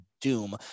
doom